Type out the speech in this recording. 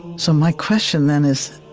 so my question then is,